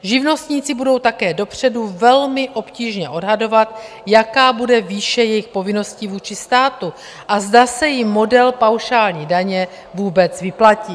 Živnostníci budou také dopředu velmi obtížně odhadovat, jaká bude výše jejich povinností vůči státu a zda se jim model paušální daně vůbec vyplatí.